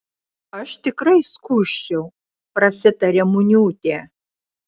aš tikrai skųsčiau prasitarė muniūtė